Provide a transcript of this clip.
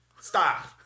Stop